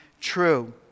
true